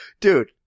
Dude